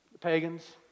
Pagans